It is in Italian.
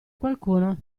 qualcuno